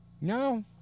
No